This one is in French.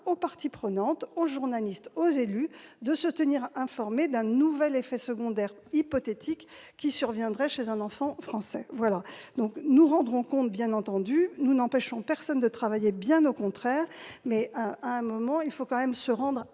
aux parties prenantes, aux journalistes, aux élus, de se tenir informés d'un nouvel effet secondaire hypothétique qui surviendrait chez un enfant français. Nous n'empêchons personne de travailler, bien au contraire. À un moment donné, il faut tout de même se rendre